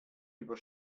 über